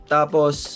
tapos